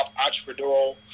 entrepreneurial